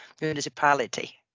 municipality